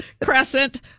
Crescent